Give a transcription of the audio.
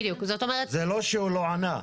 זה לא שהוא לא ענה.